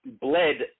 bled